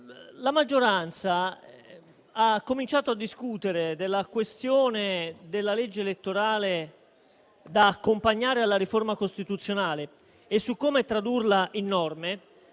La maggioranza ha cominciato a discutere della questione della legge elettorale da accompagnare alla riforma costituzionale e su come tradurla in norme